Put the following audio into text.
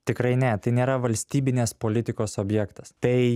tikrai ne tai nėra valstybinės politikos objektas tai